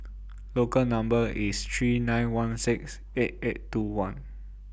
Local Number IS three nine one six eight eight two one